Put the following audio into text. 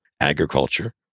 agriculture